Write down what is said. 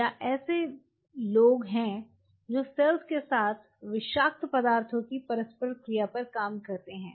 या ऐसे लोग हैं जो सेल्स के साथ विषाक्त पदार्थों की परस्पर क्रिया पर काम करते हैं